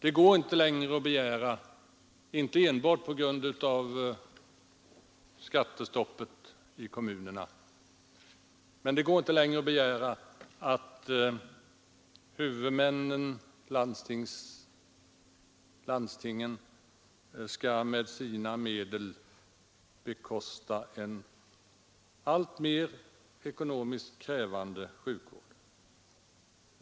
Det går inte längre — inte enbart på grund av skattestoppet i kommunerna — att begära att huvudmännen, landstingen, med sina medel skall bekosta en alltmer ekonomiskt krävande sjukvård.